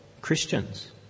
Christians